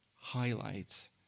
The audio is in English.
highlights